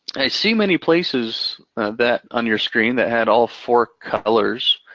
see many places that, on your screen, that had all four colors.